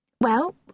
Well